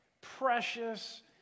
precious